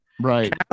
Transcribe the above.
right